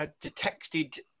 detected